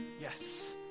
Yes